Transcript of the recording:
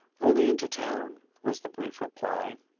only into town! was the brief reply.